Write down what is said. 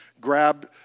grab